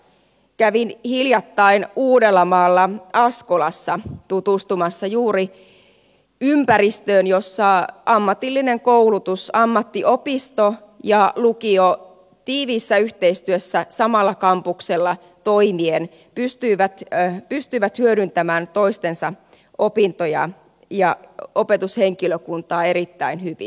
kävin hiljattain uudellamaalla askolassa tutustumassa juuri ympäristöön jossa ammatillinen koulutus ammattiopisto ja lukio tiiviissä yhteistyössä samalla kampuksella toimien pystyivät hyödyntämään toistensa opintoja ja opetushenkilökuntaa erittäin hyvin